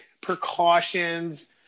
precautions